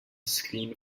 screen